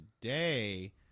today